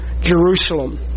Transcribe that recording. Jerusalem